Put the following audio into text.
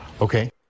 Okay